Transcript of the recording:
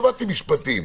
לא למדתי משפטים,